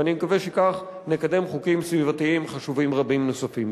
ואני מקווה שכך נקדם חוקים סביבתיים חשובים רבים נוספים.